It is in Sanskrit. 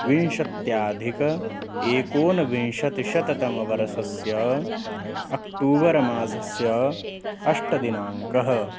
विंशत्यधिक एकोनविंशतिशततमवर्षस्य अक्टोबर् मासस्य अष्टमदिनाङ्कः